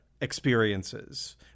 experiences